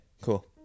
cool